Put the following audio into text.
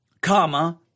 comma